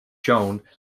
joan